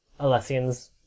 Alessians